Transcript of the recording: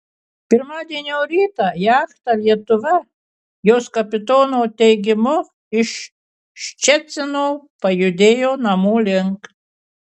pirmadienio rytą jachta lietuva jos kapitono teigimu iš ščecino pajudėjo namų link